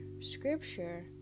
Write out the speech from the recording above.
scripture